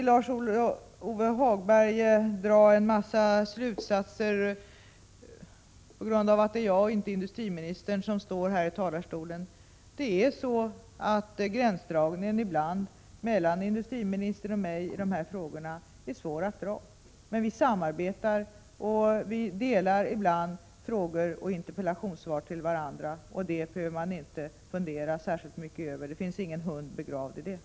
Lars-Ove Hagberg drar en massa slutsatser av att det är jag och inte industriministern som står här i talarstolen i dag. Gränsdragningen mellan industriministern och mig i dessa frågor är ibland svår att göra. Men vi samarbetar, och vi överlämnar ibland frågor och interpellationer till varandra. Det behöver man inte fundera särskilt mycket över. Det ligger ingen hund begraven här.